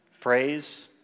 Praise